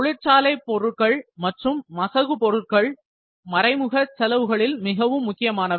தொழிற்சாலை பொருட்கள் மற்றும் மசகு பொருட்கள் மறைமுக செலவுகளில் மிகவும் முக்கியமானவை